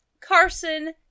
Carson